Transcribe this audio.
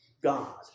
God